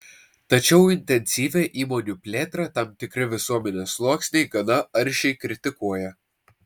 tačiau intensyvią įmonių plėtrą tam tikri visuomenės sluoksniai gana aršiai kritikuoja